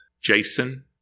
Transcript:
Jason